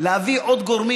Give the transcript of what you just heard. להביא עוד גורמים